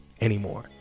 anymore